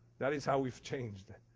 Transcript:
that is how we've changed.